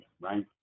right